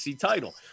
title